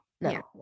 no